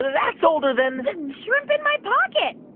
that's older than. the shrimp in my pocket.